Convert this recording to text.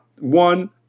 one